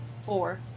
four